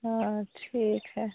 हाँ ठीक है